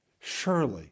Surely